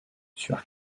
sur